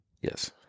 Yes